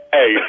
Hey